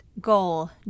goal